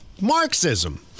Marxism